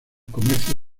comercio